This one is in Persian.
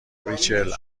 ریچل